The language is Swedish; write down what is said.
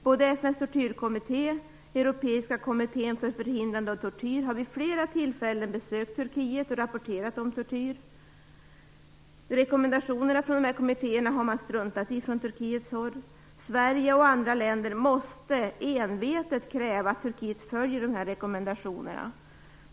Både FN:s tortyrkommitté och Europeiska kommittén för förhindrande av tortyr har vid flera tillfällen besökt Turkiet och rapporterat om tortyr. Turkiet har dock struntat i dessa kommittéers rekommendationer. Sverige och andra länder måste envetet kräva att Turkiet följer de här rekommendationerna.